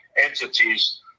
entities